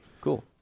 cool